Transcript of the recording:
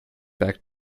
back